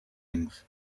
ins